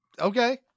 okay